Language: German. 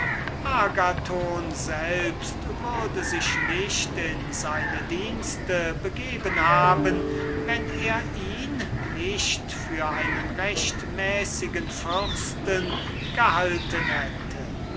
agathon selbst würde sich nicht in seine dienste begeben haben wenn er ihn nicht für einen rechtmäßigen fürsten gehalten hätte